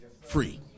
free